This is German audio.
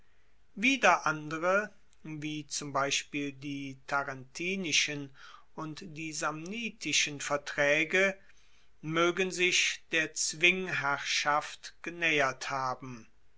wieder andere wie zum beispiel die tarentinischen und die samnitischen vertraege moegen sich der zwingherrschaft genaehert haben